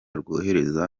rwohereza